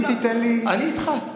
אני איתך.